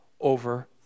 over